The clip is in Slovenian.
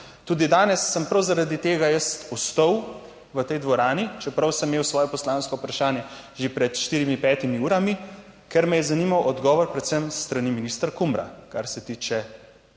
Tudi danes sem prav zaradi tega jaz ostal v tej dvorani, čeprav sem imel svoje poslansko vprašanje že pred štirimi, petimi urami, ker me je zanimal odgovor predvsem s strani ministra Kumra, kar se tiče